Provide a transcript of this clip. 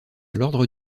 l’ordre